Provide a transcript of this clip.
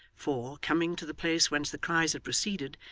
for, coming to the place whence the cries had proceeded,